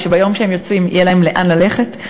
שביום שהם יוצאים יהיה להם לאן ללכת.